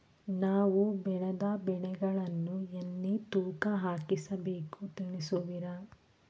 ನಾವು ಬೆಳೆದ ಬೆಳೆಗಳನ್ನು ಎಲ್ಲಿ ತೂಕ ಹಾಕಿಸಬೇಕು ತಿಳಿಸುವಿರಾ?